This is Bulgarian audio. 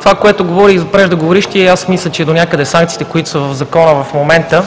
Това, което говори преждеговорившия и аз мисля, че донякъде санкциите, които са в Закона в момента,